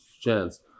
chance